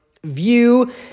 View